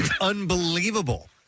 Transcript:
unbelievable